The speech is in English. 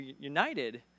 united